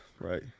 Right